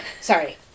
sorry